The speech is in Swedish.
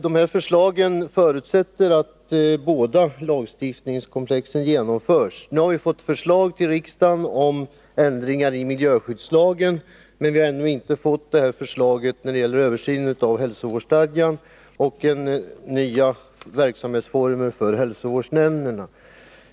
Deras förslag förutsätter att båda lagstiftningskomplexen genomförs. Vi har nu fått förslag till riksdagen om ändringar av miljöskyddslagen, men vi har ännu inte fått något förslag om översyn av hälsovårdsstadgan och om nya verksamhetsformer för hälsovårdsnämnderna.